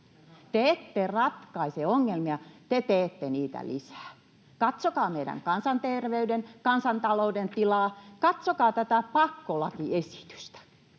Te ette ratkaise ongelmia, te teette niitä lisää. Katsokaa meidän kansanterveyden ja kansantalouden tilaa. Katsokaa tätä pakkolakiesitystä.